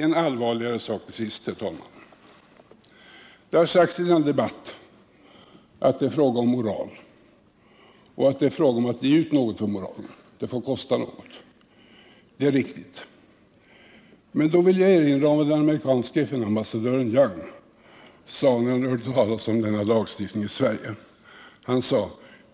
En allvarligare sak till sist, herr talman! Det har sagts i denna debatt att det här ärendet är en fråga om moral och att det gäller att ge ut något för denna moral —det får kosta något också. Det är riktigt, men då vill jag erinra om vad den amerikanske ambassdören Young sade när han fick höra talas om denna lagstiftning i Sverige: